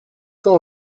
tant